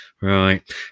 right